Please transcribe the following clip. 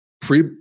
pre-